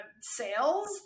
sales